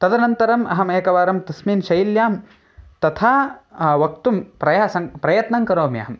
तदनन्तरम् अहम् एकवारं तस्यां शैल्यां तथा वक्तुं प्रयासं प्रयत्नं करोम्यहं